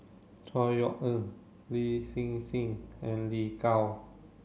Chor Yeok Eng Lin Hsin Hsin and Lin Gao